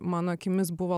mano akimis buvo